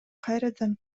кайрадан